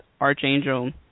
Archangel